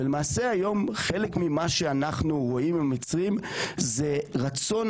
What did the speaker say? למעשה היום חלק ממה שאנחנו רואים עם המצרים זה רצון